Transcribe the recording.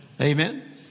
Amen